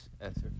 answer